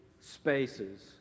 spaces